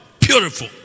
Beautiful